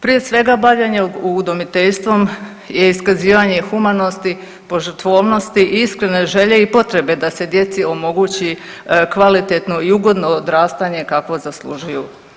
Prije svega bavljenje udomiteljstvom je iskazivanje humanosti, požrtvovnosti i iskrene želje i potrebe da se djeci omogući kvalitetno i ugodno odrastanje kakvo zaslužuju.